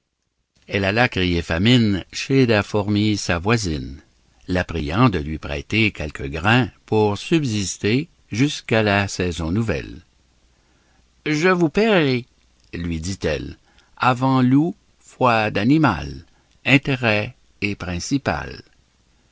elle alla crier famine chez la fourmi sa voisine la priant de lui prêter quelque grain pour subsister jusqu'à la saison nouvelle je vous paierai lui dit-elle avant l'oût foi d'animal intérêt et principal